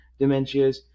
dementias